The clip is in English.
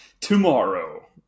tomorrow